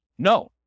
No